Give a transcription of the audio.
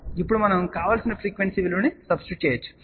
కాబట్టి ఇప్పుడు మనం కావలసిన ఫ్రీక్వెన్సీ విలువను సబ్స్టిట్యూట్ చేయవచ్చు